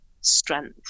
strength